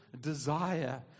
desire